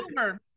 over